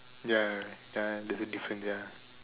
ya ya there's a difference ya